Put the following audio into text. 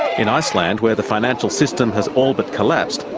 in iceland, where the financial system has all but collapsed,